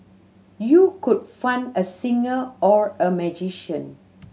you could fund a singer or a magician